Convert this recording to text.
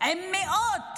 עם מאות